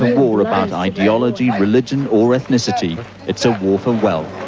war about ideology, religion or ethnicity it's a war for wealth